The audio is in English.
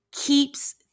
keeps